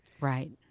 Right